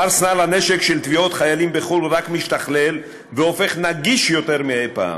ארסנל הנשק של תביעות חיילים בחו"ל רק משתכלל והופך נגיש יותר מאי-פעם.